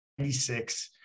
96